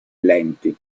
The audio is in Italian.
lenti